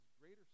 greater